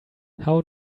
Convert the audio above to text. how